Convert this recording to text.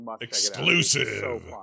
Exclusive